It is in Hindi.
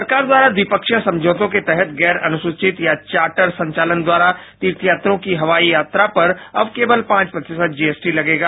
सरकार द्वारा द्विपक्षीय समझौतों के तहत गैर अनुसूचित या चार्टर संचालन द्वारा तीर्थयात्रियों की हवाई यात्रा पर अब केवल पांच प्रतिशत जीएसटी लगेगा